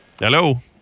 Hello